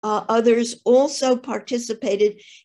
‫אחרים גם השתתפו...